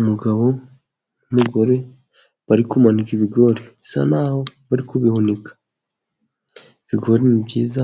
Umugabo n'umugore bari kumanika ibigori bisa naho bari kubihunika, ibigori ni byiza